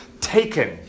taken